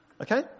okay